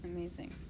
Amazing